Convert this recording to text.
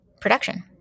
production